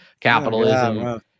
capitalism